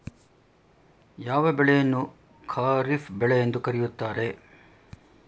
ಯಾವ ಬೆಳೆಯನ್ನು ಖಾರಿಫ್ ಬೆಳೆ ಎಂದು ಕರೆಯುತ್ತಾರೆ?